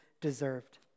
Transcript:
deserved